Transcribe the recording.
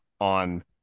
on